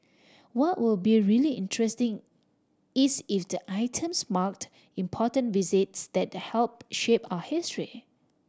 what will be really interesting is if the items marked important visits that helped shape our history